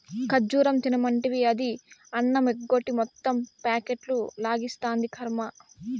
ఖజ్జూరం తినమంటివి, అది అన్నమెగ్గొట్టి మొత్తం ప్యాకెట్లు లాగిస్తాంది, కర్మ